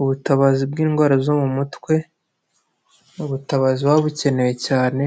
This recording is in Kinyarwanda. Ubutabazi bw'indwara zo mu mutwe, ni ubutabazi buba bukenewe cyane